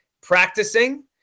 practicing